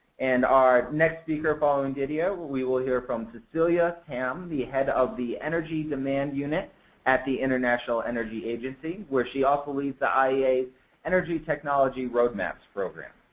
and our next speaker following didier, we will hear from cecilia tam, the head of the energy demand unit at the international energy agency where she also leads the iea's energy technology roadmaps programme.